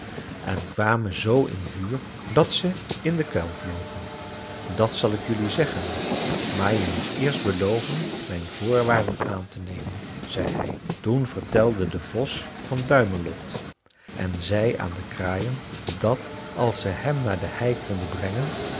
en kwamen z in vuur dat ze in den kuil vlogen dat zal ik jelui zeggen maar je moet eerst beloven mijn voorwaarden aan te nemen zei hij toen vertelde de vos van duimelot en zei aan de kraaien dat als ze hem naar de hei konden brengen